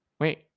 Wait